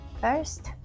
first